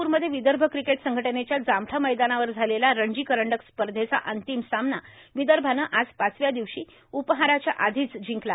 नागपूरमध्ये विदर्भ क्रिकेट संघटनेच्या जामठा मैदानावर झालेला रणजी करंडक स्पर्धेचा अंतिम सामना विदर्भानं आज पाचव्या दिवशी उपाहाराच्या आधीच जिंकला